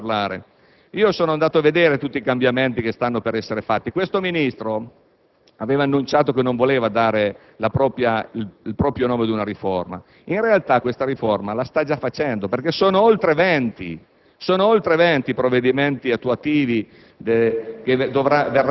Ma c'è ancora un'altra situazione di cui voglio parlare. Sono andato a vedere tutti i cambiamenti che stanno per essere introdotti. Questo Ministro aveva annunciato che non voleva dare il proprio nome ad una riforma. In realtà, questa riforma la sta già attuando, perché sono oltre